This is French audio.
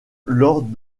lors